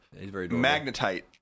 Magnetite